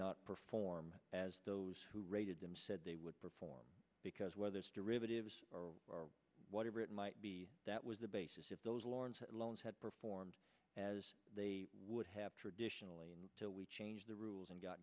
not perform as those who rated them said they would perform because whether its derivatives or whatever it might be that was the basis of those laurens loans had performed as they would have traditionally and so we changed the rules and got